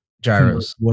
gyros